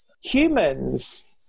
humans